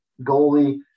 goalie